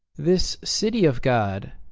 this city of god,